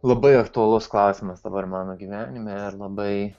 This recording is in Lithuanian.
labai aktualus klausimas dabar mano gyvenime ir labai